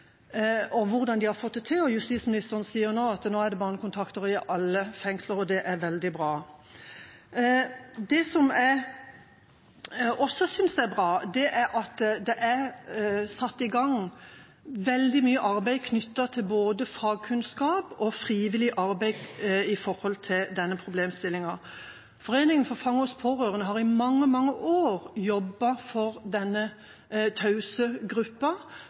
hvordan de har fått det til. Justisministeren sier nå at det nå er barnekontakter i alle fengsler, og det er veldig bra. Det som jeg også synes er bra, er at det er satt i gang veldig mye arbeid knyttet til både fagkunnskap og frivillig arbeid med hensyn til denne problemstillinga. Foreningen For Fangers Pårørende har i mange, mange år jobbet for denne tause gruppa,